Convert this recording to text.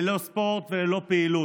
ללא ספורט וללא פעילות.